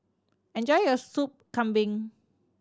enjoy your Sup Kambing